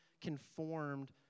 conformed